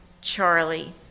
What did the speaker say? Charlie